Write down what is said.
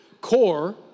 Core